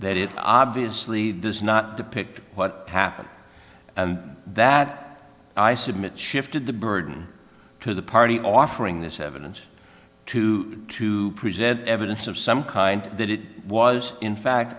that it obviously does not depict what happened and that i submit shifted the burden to the party offering this evidence to to present evidence of some kind that it was in